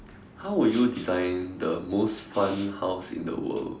how would you design the most fun house in the world